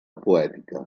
poètica